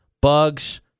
bugs